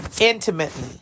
intimately